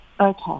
Okay